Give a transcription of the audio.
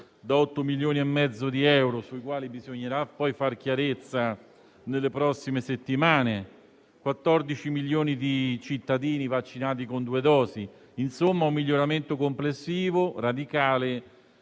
da 8,5 milioni di euro, su cui bisognerà poi fare chiarezza nelle prossime settimane - 14 milioni di cittadini vaccinati con due dosi, con un miglioramento complessivo radicale